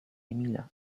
emila